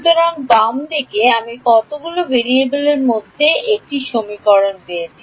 সুতরাং বাম দিকে আমি কতগুলি ভেরিয়েবলের মধ্যে একটি সমীকরণ পেয়েছি